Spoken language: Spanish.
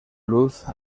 luz